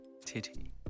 Titty